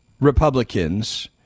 Republicans